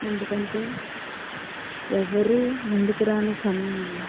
ఎందుకంటే ఎవరు ముందుకు రాని సమయంలో